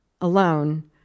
alone